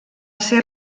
ser